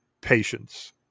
patience